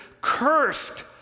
cursed